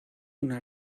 una